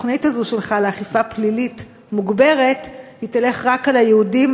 התוכנית הזאת שלך לאכיפה פלילית מוגברת תלך רק על היהודים,